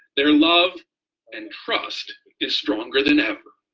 their love and trust is stronger than ever.